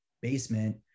basement